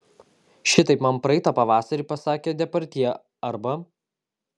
šitaip man praeitą pavasarį pasakė depardjė arba